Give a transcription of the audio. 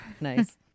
Nice